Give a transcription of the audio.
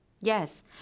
Yes